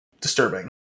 disturbing